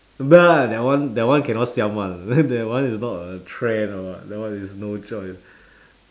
that one that one cannot siam [one] that one is not a trend or what that one is no choice